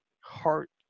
heart